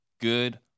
good